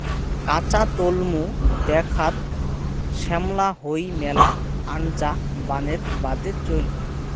কাঁচা তলমু দ্যাখ্যাত শ্যামলা হই মেলা আনজা বানের বাদে চইল হই